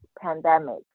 pandemic